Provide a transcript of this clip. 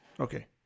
Okay